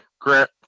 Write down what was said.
Grant